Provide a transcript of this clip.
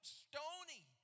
stony